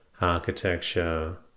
Architecture